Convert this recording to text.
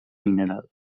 mineral